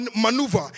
maneuver